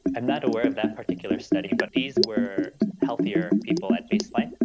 and not aware of that particular study but these were healthier people at baseline,